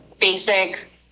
basic